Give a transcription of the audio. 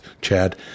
Chad